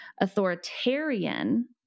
Authoritarian